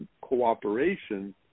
cooperation